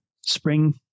spring